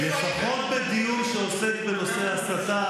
למה?